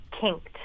kinked